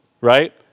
right